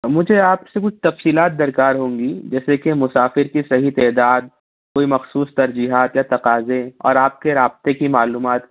مجھے آپ سے کچھ تفصیلات درکار ہوں گی جیسے کہ مسافر كی صحیحح تعداد کوئی مخصوص ترجیحات یا تقاضے اور آپ کے رابطے کی معلومات